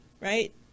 Right